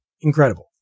Incredible